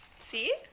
See